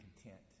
content